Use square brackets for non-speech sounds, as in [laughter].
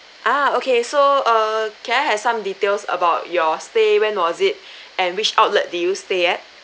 ah okay so err can I have some details about your stay when was it [breath] and which outlet did you stay at